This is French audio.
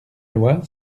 loi